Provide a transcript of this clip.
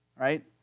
right